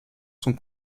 sont